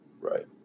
Right